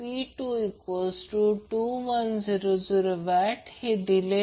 wattmeter A आणि c ला जोडा रीडिंग शोधा आणि ही सर्व उत्तरे दिलेली आहेत हे रीडिंग वेगळे का आहेत ते शोधा